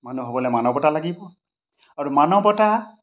মানুহ হ'বলৈ মানৱতা লাগিব আৰু মানৱতা